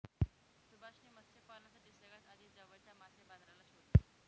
सुभाष ने मत्स्य पालनासाठी सगळ्यात आधी जवळच्या मासे बाजाराला शोधलं